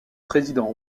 président